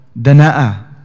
danaa